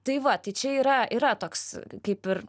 tai va tai čia yra yra toks kaip ir